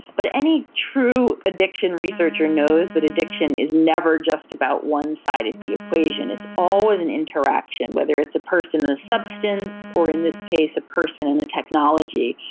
but any true addiction researcher knows that addiction is never just about one side of the equation, it's always an interaction, whether it's a person and a substance or in this case a person and a technology.